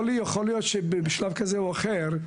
יכול להיות שבשלב כזה או אחר,